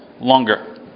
longer